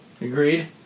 Agreed